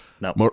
no